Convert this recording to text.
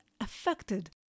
affected